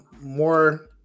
more